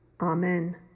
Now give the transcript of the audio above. Amen